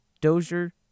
Dozier